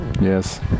Yes